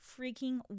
freaking